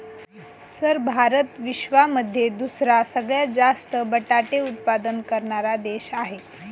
sir Bharat विश्वामध्ये दुसरा सगळ्यात जास्त बटाटे उत्पादन करणारा देश आहे